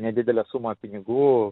nedidelę sumą pinigų